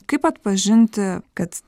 kaip atpažinti kad